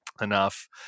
enough